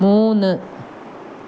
മൂന്ന്